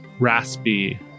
raspy